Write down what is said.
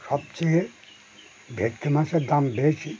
সবচেয়ে ভেটকি মাছের দাম বেশি